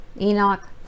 Enoch